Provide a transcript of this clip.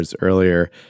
earlier